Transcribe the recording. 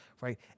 Right